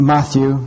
Matthew